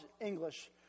English